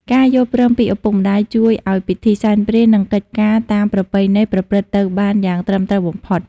ការយល់ព្រមពីឪពុកម្ដាយជួយឱ្យពិធីសែនព្រេន និងកិច្ចការតាមប្រពៃណីប្រព្រឹត្តទៅបានយ៉ាងត្រឹមត្រូវបំផុត។